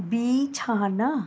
বিছানা